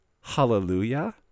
hallelujah